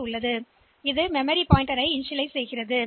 எனவே அது மெமரி சுட்டிக்காட்டி துவக்கும்